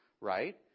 right